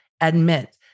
admit